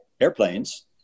airplanes